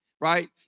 right